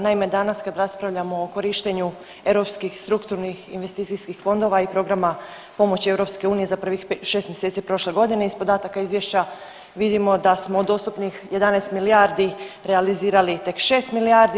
Naime, danas kad raspravljamo o korištenju europskih strukturnih i investicijskih fondova i programa pomoći EU za prvih 6 mjeseci prošle godine iz podataka izvješća vidimo da smo dostupnih 11 milijardi realizirali tek 6 milijardi.